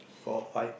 four five